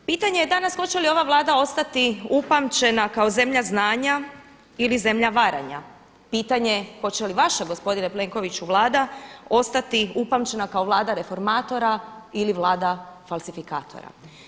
Pitanje je danas hoće li ova Vlada ostati upamćena kao zemlja znanja ili zemlja varanja, pitanje hoće li vaša gospodine Plenkoviću Vlada ostati upamćena kao Vlada reformatora ili Vlada falsifikatora.